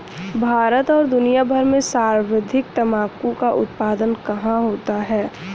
भारत और दुनिया भर में सर्वाधिक तंबाकू का उत्पादन कहां होता है?